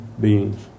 beings